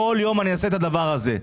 כל יום אני אעשה את הדבר הזה,